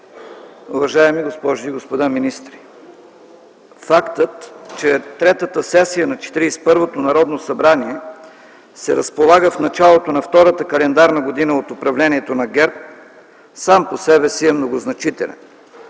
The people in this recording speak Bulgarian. уважаеми госпожи и господа министри! Фактът, че третата сесия на 41-ото Народно събрание се разполага в началото на втората календарна година от управлението на ГЕРБ, сам по себе си е многозначителен.